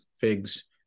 figs